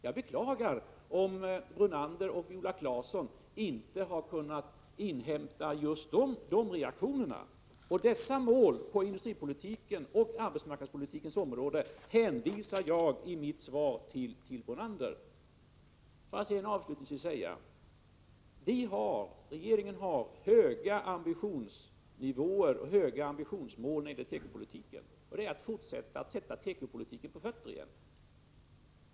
Jag beklagar om Brunander och Claesson inte har kunnat inhämta just de reaktionerna. Dessa mål på industripolitikens och arbetsmarknadspolitikens område hänvisar jag till i mitt svar till Brunander. Får jag sedan avslutnigsvis säga följande. Regeringen har höga ambitioner när det gäller tekopolitiken. Det är att sätta tekopolitiken på fötter igen.